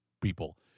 people